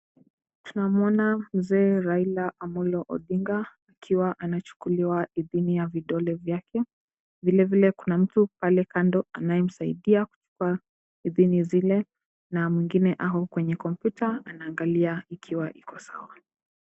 Tunamuona Mzee Raila Amollo Odinga akiwa anachukuliwa idhini ya vidole vyake. Vilevile kuna mtu pale kando anayemsaidia kuchukua idhini zile na mwingine ako kwenye kompyuta anaangalia ikiwa iko sawa.